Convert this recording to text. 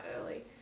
early